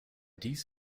dies